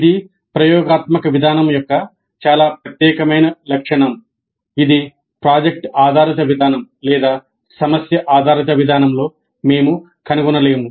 ఇది ప్రయోగాత్మక విధానం యొక్క చాలా ప్రత్యేకమైన లక్షణం ఇది ప్రాజెక్ట్ ఆధారిత విధానం లేదా సమస్య ఆధారిత విధానంలో మేము కనుగొనలేము